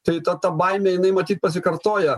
tai ta ta baimė jinai matyt pasikartoja